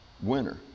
Winner